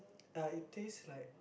uh it taste like